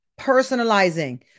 personalizing